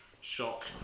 Shock